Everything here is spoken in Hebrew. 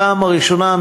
בפעם הראשונה,